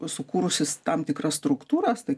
sukūrusis tam tikras struktūras tai